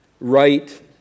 Right